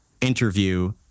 interview